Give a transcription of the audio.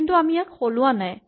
কিন্তু আমি ইয়াক সলোৱা নাই